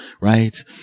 right